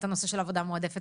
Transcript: את הנושא של עבודה מועדפת.